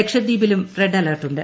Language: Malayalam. ലക്ഷദ്വീപിലും റെഡ് അലർട്ടുണ്ട്